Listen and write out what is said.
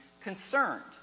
concerned